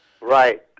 Right